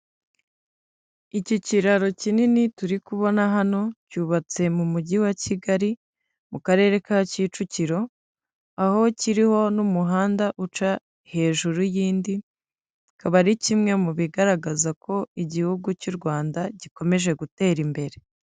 Iki kiraro kinini turi kubona hano cyubatse mu mujyi wa Kigali mu karere ka kicukiro aho kiriho n'umuhanda uca hejuru y'indi, akaba ari kimwe mu bigaragaza ko igihugu cy'u Rwanda gikomeje gutera imbere.